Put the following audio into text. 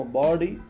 body